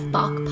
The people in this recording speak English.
Bach